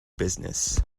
business